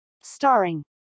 Starring